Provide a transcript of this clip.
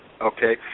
Okay